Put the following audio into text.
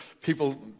people